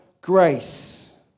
grace